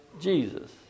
Jesus